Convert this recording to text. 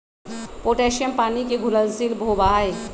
potassium पानी के घुलनशील होबा हई